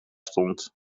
stond